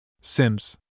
Sims